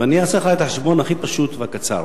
ואני אעשה לך את החשבון הכי פשוט והקצר.